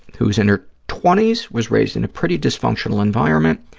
who's in her twenty s, was raised in a pretty dysfunctional environment,